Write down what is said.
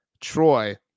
Troy